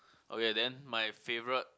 okay then my favourite